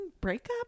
breakup